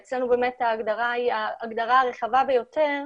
ואצלנו ההגדרה היא ההגדרה הרחבה ביותר,